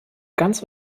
ganz